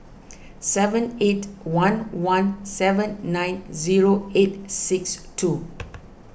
seven eight one one seven nine zero eight six two